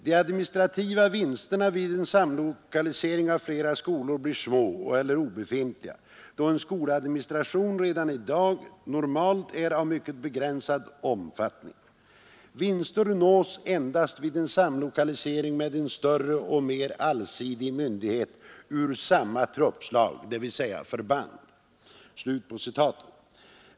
De administrativa vinsterna vid samlokalisering av flera skolor blir små eller obefintliga, då en skoladministration redan i dag normalt är av mycket begränsad omfattning. Vinster nås endast vid samlokalisering med en större och mer allsidig myndighet ur samma truppslag, dvs. ett förband. — Så långt arméchefen.